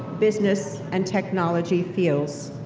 business, and technology fields.